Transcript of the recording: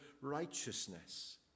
righteousness